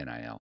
NIL